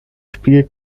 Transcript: spielt